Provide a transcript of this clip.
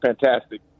fantastic